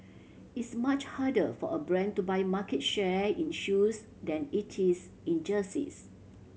it's much harder for a brand to buy market share in shoes than it is in jerseys